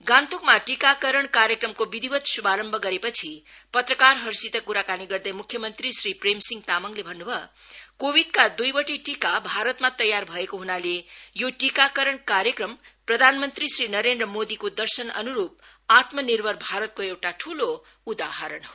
गान्तोकमा टीकाकरण कार्यक्रमको शुभारम्भ गरे छि त्रकारहरूसित क्राकानी गर्दै मुख्यमन्त्री श्री प्रेमसिंह तामाङले भन्न्भयो कोविडका द्ईवटै टीका भारतमा तयार भएको हनाले यो टीकाकरण कार्यक्रम प्रधानमन्त्री श्री नरेन्द्र मोदीको दर्शन अनुरू आत्मनिर्भर भारतको एउटा ठूलो उदाहरण हो